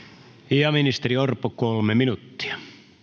ministeri orpo kolme minuuttia